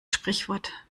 sprichwort